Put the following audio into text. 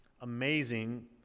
amazing